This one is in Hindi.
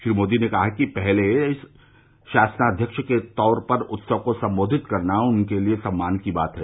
श्री मोदी ने कहा कि पहले शासनाध्यक्ष के तौर पर उत्सव को संबोषित करना उनके लिए सम्मान की बात है